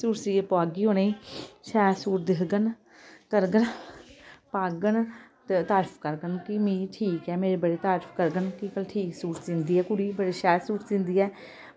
suit सीयै पोआगी उनें गी शैल सूट दिक्खगन करङन पाङन ते तारीफ करङन की मि ठीक ऐ मेरी बड़ी तारीफ करङन कि ठीक सूट सीह्ंदी ऐ कुड़ी बड़े शैल सूट सीह्ंदी ऐ